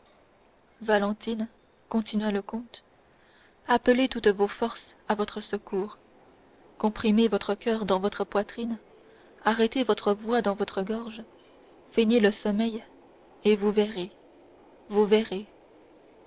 valentine continua le comte appelez toutes vos forces à votre secours comprimez votre coeur dans votre poitrine arrêtez votre voix dans votre gorge feignez le sommeil et vous verrez vous verrez